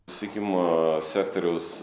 susisiekimo sektoriaus